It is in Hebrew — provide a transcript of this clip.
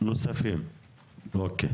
נוספים, אוקי.